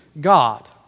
God